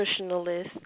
nutritionalist